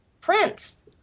Prince